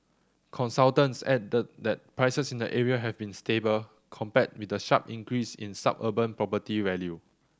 consultants added that prices in the area have been stable compared with the sharp increase in suburban property value